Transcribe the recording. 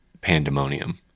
pandemonium